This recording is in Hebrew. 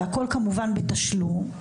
והכל כמובן בתשלום.